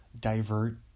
divert